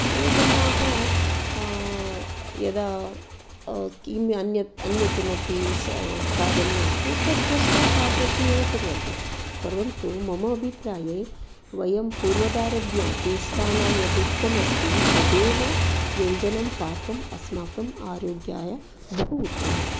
ये जनाः यदा किमन्य अन्य किमपि कार्यं नास्ति तद्दृष्ट्वा तादृशी एव कुर्वन्ति परन्तु ममाभिप्राये वयं पूर्वदारभ्य ज्येष्ठानां यदुक्तमस्ति तदेव व्यञ्जनं पाकं अस्माकम् आरोग्याय बहु उत्तमम्